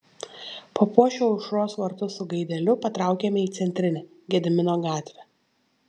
papuošę aušros vartus su gaideliu patraukėme į centrinę gedimino gatvę